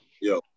yo